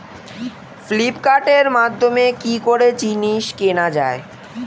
ফ্লিপকার্টের মাধ্যমে কি করে জিনিস কেনা যায়?